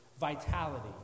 vitality